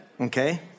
Okay